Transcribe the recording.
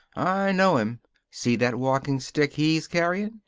i know'm. see that walking stick he's carrying?